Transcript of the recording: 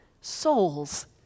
souls